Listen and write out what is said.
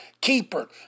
keeper